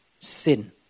Sin